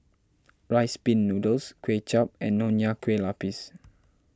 Rice Pin Noodles Kway Chap and Nonya Kueh Lapis